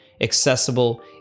accessible